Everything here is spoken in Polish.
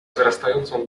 wzrastającą